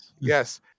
Yes